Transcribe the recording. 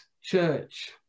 church